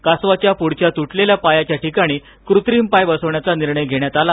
कासवाच्या पुढच्या तुटलेल्या पायाच्या ठिकाणी कृत्रिम पाय बसविण्याचा निर्णय घेण्यात आला